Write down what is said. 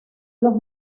los